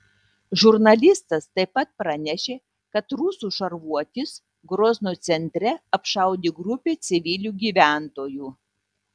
žurnalistas taip pat pranešė kad rusų šarvuotis grozno centre apšaudė grupę civilių gyventojų